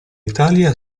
italia